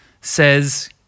says